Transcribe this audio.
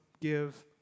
give